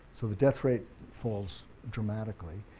so the death rate falls dramatically.